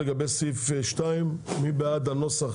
לגבי סעיף 2, מי בעד הנוסח